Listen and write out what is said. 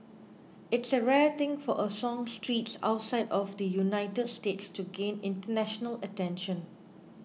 it's a rare thing for a songstress outside of the United States to gain international attention